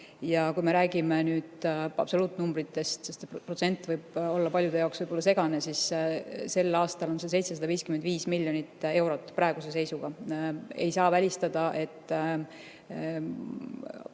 Kui me räägime nüüd absoluutnumbritest – see protsent võib olla paljude jaoks segane –, siis ütlen, et sel aastal on see 755 miljonit eurot praeguse seisuga. Ei saa välistada, et